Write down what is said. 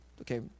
okay